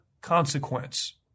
consequence